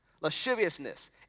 Lasciviousness